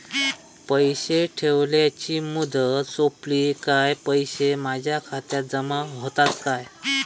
पैसे ठेवल्याची मुदत सोपली काय पैसे माझ्या खात्यात जमा होतात काय?